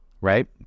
right